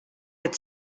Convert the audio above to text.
get